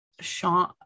Sean